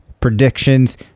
predictions